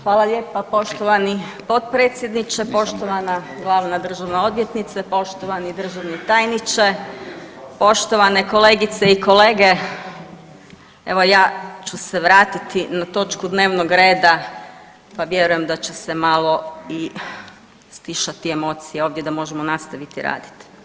Hvala lijepa poštovani potpredsjedniče, poštovana glavna državna odvjetnice, poštovani državni tajniče, poštovane kolegice i kolege, evo ja ću se vratiti na točku dnevnog reda pa vjerujem da će se malo i stišati emocije ovdje da možemo nastaviti raditi.